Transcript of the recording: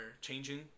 changing